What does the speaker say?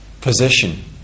position